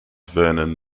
vernon